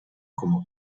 como